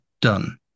done